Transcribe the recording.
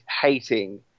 hating